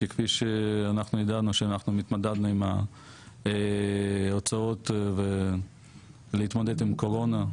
כי כפי שאנחנו ידענו שאנחנו התמודדנו עם ההוצאות ולהתמודד עם הקורונה,